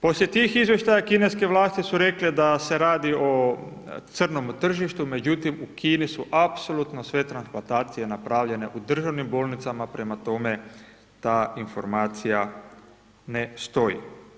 Poslije tih izvještaja kineske vlasti su rekle da se radi o crnome tržištu, međutim, u Kini su apsolutno sve transplantacije napravljene u državnim bolnicama, prema tome ta informacija ne stoji.